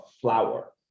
flower